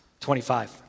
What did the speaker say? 25